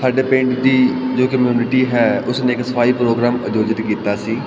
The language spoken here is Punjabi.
ਸਾਡੇ ਪਿੰਡ ਦੀ ਜੋ ਕਮਿਊਨਿਟੀ ਹੈ ਉਸ ਨੇ ਇੱਕ ਸਫਾਈ ਪ੍ਰੋਗਰਾਮ ਆਯੋਜਿਤ ਕੀਤਾ ਸੀ